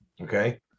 Okay